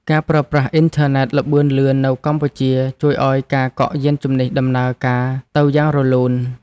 ការប្រើប្រាស់អ៊ីនធឺណិតល្បឿនលឿននៅកម្ពុជា ជួយឱ្យការកក់យានជំនិះដំណើរការទៅយ៉ាងរលូន។